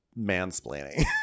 mansplaining